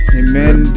amen